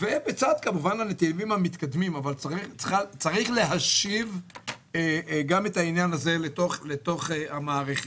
צריך להשיב גם את העניין הזה לתוך המערכת.